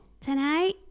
Tonight